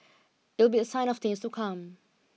it would be a sign of things to come